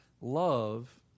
love